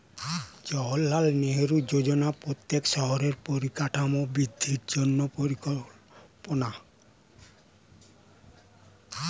জাওহারলাল নেহেরু যোজনা প্রত্যেক শহরের পরিকাঠামোর বৃদ্ধির জন্য পরিকল্পনা